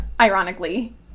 ironically